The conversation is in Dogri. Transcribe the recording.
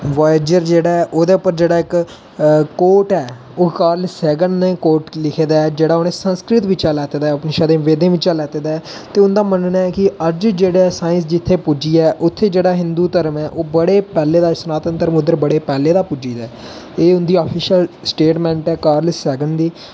बायज़र जेह्ड़ा ऐ ओह्दे पर इक कोट ऐ ओह् कार्लसैगन ने कोट लिखे दा ऐ जेह्ड़ा उ'न्नै संस्कृत बिच्चा लैते दा ऐ उपनिषद वेदें बिच्चां लैते दा ऐ ते ओह्दा मन्नना ऐ कि अज्ज जेड़ा साइंस जित्थै पुज्जी ऐ उत्थै जेह्ड़ा हिंदू धर्म ऐ ओह् बड़े पैह्लें दे सनातन धर्म उद्धर बड़े पैह्लें दा पुज्जी गेदा ऐ एह् उं'दी आफिशियल स्टेटमैंट ऐ कार्लसैगन दी